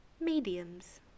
mediums